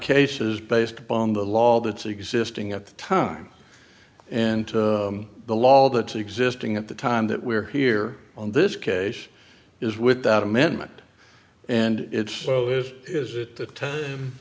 cases based upon the law that's existing at the time and the law that existing at the time that we're here on this case is with that amendment and it's so is is it the time